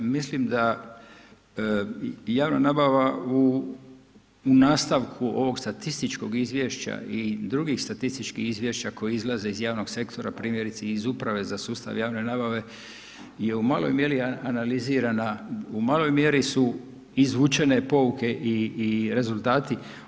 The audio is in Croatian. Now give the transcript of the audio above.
Mislim da javna nabava u nastavku ovog statističkog izvješća i drugih statističkih izvješća koji izlaze iz javnog sektora, primjerice iz Uprave za sustav javne nabave je u maloj mjeri analizirana, u maloj mjeri su izvučene pouke i rezultati.